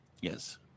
Yes